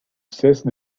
cesse